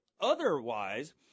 otherwise